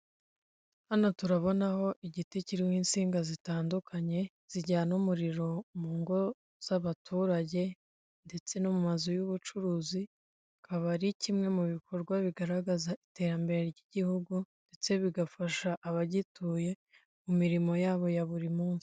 Hano turabonaho igiti kiririmo insinga zitandukanye, zijyana umuriro mu ngo z'abaturage, ndetse no mu mazu y'ubucuruziba akaba ari kimwe mu bikorwa bigaragaza iterambere ry'igihugu, ndetse bigafasha abagituye mu mirimo yabo ya buri munsi.